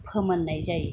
फोमोननाय जायो